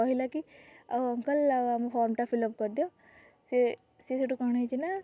କହିଲା କି ଆଉ ଅଙ୍କଲ୍ ଆଉ ଆମ ଫର୍ମ ଟା ଫିଲ୍ଅପ୍ କରିଦିଅ ସିଏ ସିଏ ସେଠୁ କ'ଣ ହେଇଛି ନା